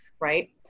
right